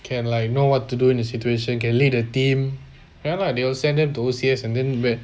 can lah you know what to do in a situation can lead a team ya lah they will send them to A_C_S and then